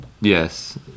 Yes